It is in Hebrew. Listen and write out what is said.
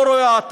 לא ראה,